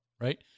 right